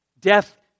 Death